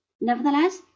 Nevertheless